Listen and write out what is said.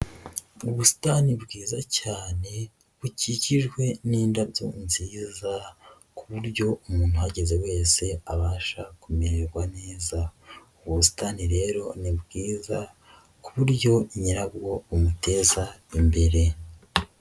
Mu busitani bwiza cyane bukikijwe n'indabyo nziza ku buryo umuntu ahageze wese abasha kumererwa neza. Ubu busitani rero ni bwiza ku buryo nyirabwo bumuteza imbere.